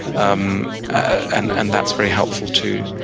um and and that's very helpful too.